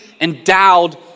endowed